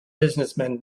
businessman